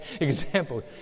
example